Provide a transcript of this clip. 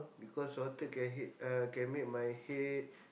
because salted can he~ uh can make my head